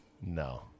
No